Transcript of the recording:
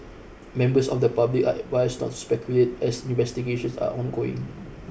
members of the public are advised not to speculate as investigations are ongoing